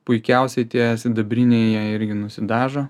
puikiausiai tie sidabriniai jie irgi nusidažo